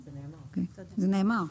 זה נאמר.